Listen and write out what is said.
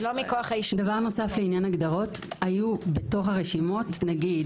דבר נוסף לעניין הגדרות היו בתוך הרשימות נגיד